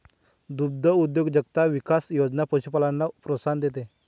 दुग्धउद्योजकता विकास योजना पशुपालनाला प्रोत्साहन देते